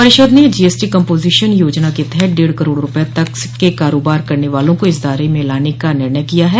परिषद ने GST composition योजना के तहत डेढ़ कराड़ रूपये तक के कारोबार करने वालों को इस दायरे में लाने का निर्णय किया है